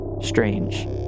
strange